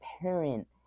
parent